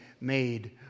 made